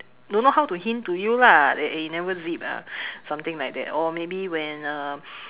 don't know how to hint to you lah like eh you never zip ah something like that or maybe when uh